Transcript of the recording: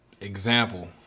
example